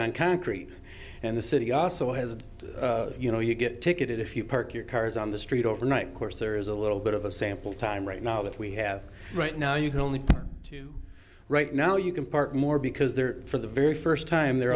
on concrete and the city also has to you know you get ticketed if you park your cars on the street overnight course there is a little bit of a sample time right now that we have right now you can only do right now you can park more because there for the very first time they